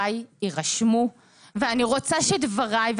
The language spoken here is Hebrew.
אני רוצה שדבריי יירשמו,